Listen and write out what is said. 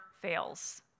fails